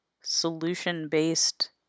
solution-based